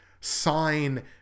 sign